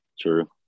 True